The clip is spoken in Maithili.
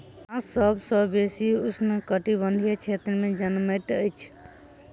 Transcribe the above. बांस सभ सॅ बेसी उष्ण कटिबंधीय क्षेत्र में जनमैत अछि